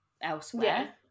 elsewhere